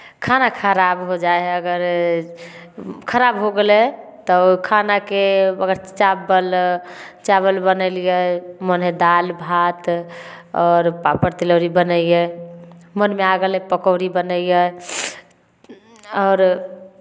खाना खराब हो जाइ हइ अगर खराब हो गेलै तऽ ओहि खानाके अगर चावल चावल बनैलियै मने दालि भात आओर पापड़ तिलौरी बनैयै मोनमे आ गेलै पकौड़ी बनैयै आओर